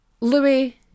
Louis